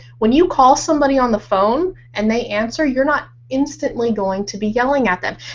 when you call somebody on the phone and they answer, you're not instantly going to be yelling at them.